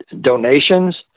donations